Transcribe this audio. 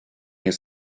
his